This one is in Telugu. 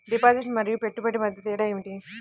డిపాజిట్ మరియు పెట్టుబడి మధ్య తేడా ఏమిటి?